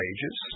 Ages